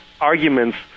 arguments